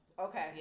okay